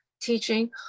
teaching